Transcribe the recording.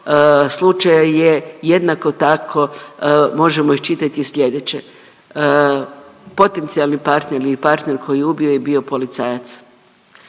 slučaja je jednako tako možemo iščitati je slijedeće. Potencijalni partner ili partner koji je ubio je bio policajac.